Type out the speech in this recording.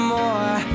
more